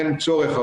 אין צורך.